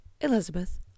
Elizabeth